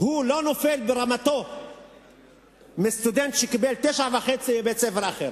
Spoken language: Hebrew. הוא לא נופל ברמתו מסטודנט שקיבל 9.5 בבית-ספר אחר.